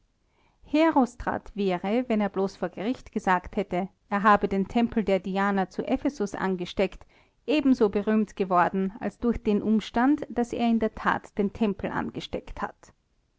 herostrat wäre wenn er bloß vor gericht gesagt hätte er habe den tempel der diana zu ephesus angesteckt ebenso berühmt geworden als durch den umstand daß er in der tat den tempel angesteckt hat